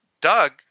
Doug